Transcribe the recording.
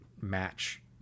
match